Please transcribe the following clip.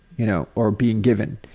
you know, or being given.